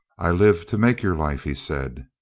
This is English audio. i live to make your life, he said.